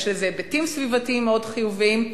ויש לזה היבטים סביבתיים מאוד חיוביים,